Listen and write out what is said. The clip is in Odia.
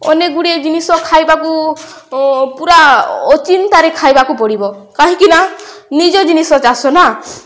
ଅନେକଗୁଡ଼ିଏ ଜିନିଷ ଖାଇବାକୁ ପୁରା ଅଚିନ୍ତାରେ ଖାଇବାକୁ ପଡ଼ିବ କାହିଁକି ନା ନିଜ ଜିନିଷ ଚାଷ ନା